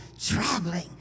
traveling